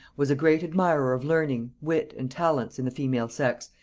was a great admirer of learning, wit and talents, in the female sex,